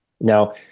now